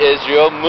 Israel